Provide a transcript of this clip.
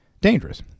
dangerous